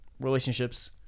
relationships